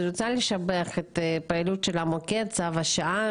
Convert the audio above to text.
אני רוצה לשבח את הפעילות של מוקד צו השעה.